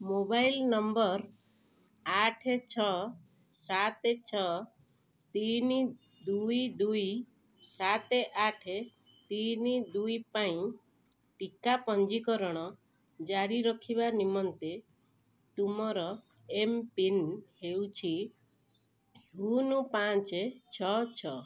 mobile number ଆଠ ଛଅ ସାତ ଛଅ ତିନି ଦୁଇ ଦୁଇ ସାତ ଆଠ ତିନି ଦୁଇ ପାଇଁ ଟିକା ପଞ୍ଜୀକରଣ ଜାରି ରଖିବା ନିମନ୍ତେ ତୁମର ଏମ୍ପିନ୍ ହେଉଛି ଶୂନ ପାଞ୍ଚ ଛଅ ଛଅ